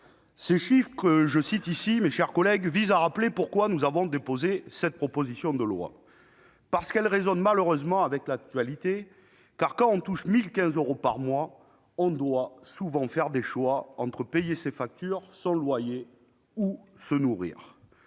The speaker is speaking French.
Les chiffres que je cite ici, mes chers collègues, visent à rappeler pourquoi nous avons déposé cette proposition de loi. Parce qu'elle résonne malheureusement avec l'actualité, car quand on touche 1 015 euros par mois, on doit souvent faire des choix entre payer ses factures, son loyer ou se nourrir.